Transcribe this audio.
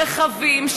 רחבים,